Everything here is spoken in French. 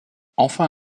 enfin